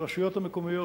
ברשויות המקומיות.